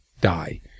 die